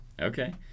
Okay